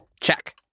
Check